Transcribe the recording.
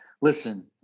Listen